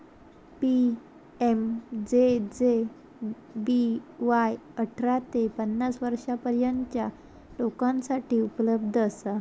PMJJBY अठरा ते पन्नास वर्षांपर्यंतच्या लोकांसाठी उपलब्ध असा